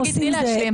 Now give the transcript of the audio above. שגית, תני להשלים.